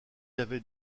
avait